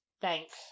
Thanks